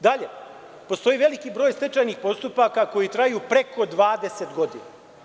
Dalje, postoji veliki broj stečajnih postupaka koji traju preko 20 godina.